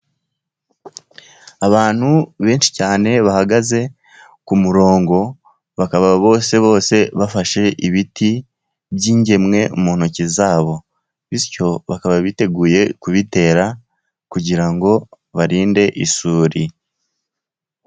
Abantu benshi cyane bahagaze ku murongo bakaba bose bose bafashe ibiti by'ingemwe mu ntoki zabo, bityo bakaba biteguye kubitera kugira ngo barinde isuri.